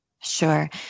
Sure